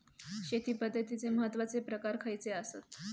शेती पद्धतीचे महत्वाचे प्रकार खयचे आसत?